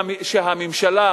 שהממשלה,